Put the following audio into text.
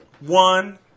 One